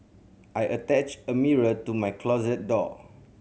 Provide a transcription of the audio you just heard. I attached a mirror to my closet door